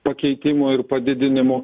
pakeitimo ir padidinimo